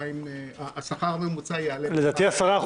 השכר הממוצע יעלה --- לדעתי ב-10%,